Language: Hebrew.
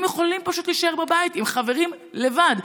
יכולים פשוט להישאר בבית עם חברים לבד.